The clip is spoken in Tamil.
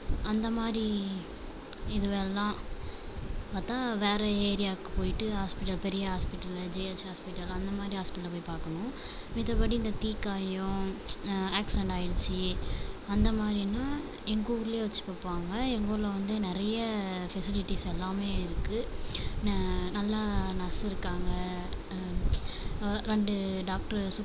அந்த மாதிரி இதுவெல்லாம் பார்த்தா வேற ஏரியாக்கு போயிட்டு ஹாஸ்பிட்டல் பெரிய ஹாஸ்பிட்டல் ஜிஹச் ஹாஸ்பிட்டல் அந்த மாதிரி ஹாஸ்பிட்டலில் போய் பார்க்கணும் மத்த படி இந்த தீக்காயம் ஆக்ஸிடெண்ட் ஆகிடுச்சு அந்த மாதிரின்னா எங்கள் ஊரரில் வெச்சு பார்ப்பாங்க எங்கள் ஊரில் வந்து நிறைய ஸ்பெஸிலிட்டிஸ் எல்லாமே இருக்குது நல்லா நர்ஸும் இருக்காங்கள் இரண்டு டாக்ட்ரு